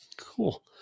Cool